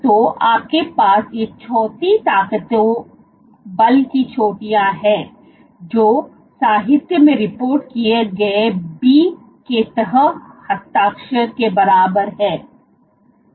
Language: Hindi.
तो आपके पास ये चौथी ताकतें बल की चोटियां है जो साहित्य में रिपोर्ट किए गए B के तह हस्ताक्षर के बराबर हैं